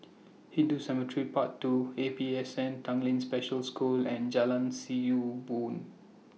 Hindu Cemetery Path two A P S N Tanglin Special School and Jalan See YOU Boon